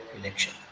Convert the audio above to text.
election